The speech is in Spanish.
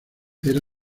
era